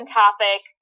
topic